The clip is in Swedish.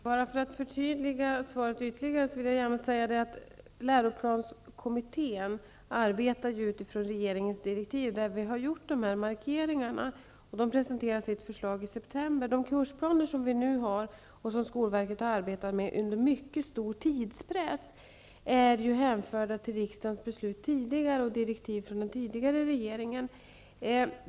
Herr talman! För att ytterligare förtydliga svaret vill jag säga att läroplanskommittén arbetar utifrån regeringens direktiv, där vi har gjort dessa markeringar. Ett förslag om detta presenteras i september. De kursplaner som vi nu har och som skolverket har arbetat med under mycket stor tidspress är att hänföra till riksdagens tidigare beslut och till direktiv från den tidigare regeringen.